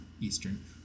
Eastern